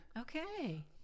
Okay